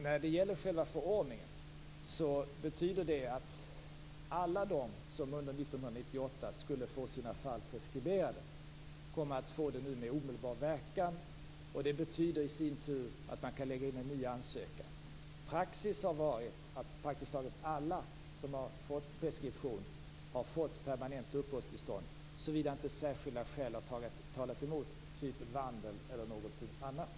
När det gäller själva förordningen betyder den att alla som under 1998 skulle få sina fall preskriberade nu kommer att få det med omedelbar verkan. Det betyder i sin tur att de kan lägga in en ny ansökan. Praxis har varit att praktiskt taget alla som fått preskription har fått permanent uppehållstillstånd såvida inte särskilda skäl har talat emot, av typen vandel eller någonting annat.